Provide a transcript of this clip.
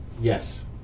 Yes